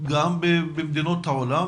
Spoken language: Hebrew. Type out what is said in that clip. גם במדינות העולם?